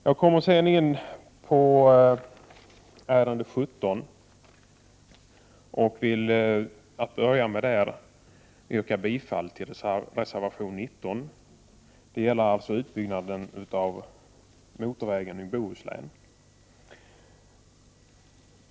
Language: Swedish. Jag vill så övergå till ärende A 17 och yrkar till att börja med bifall till reservation 19. Det gäller här utbyggnaden av motorvägen i Bohuslän.